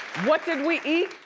what did we eat?